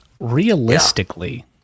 Realistically